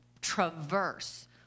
traverse